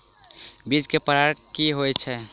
बीज केँ प्रकार कऽ होइ छै?